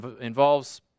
involves